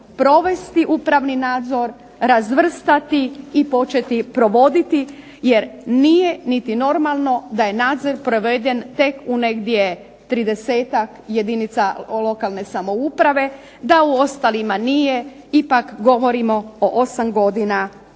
provesti upravni nadzor, razvrstati i početi provoditi, jer nije niti normalno da je nadzor proveden tek u negdje 30-tak jedinica lokalne samouprave, da u ostalima nije, ipak govorimo o 8 godina provedbe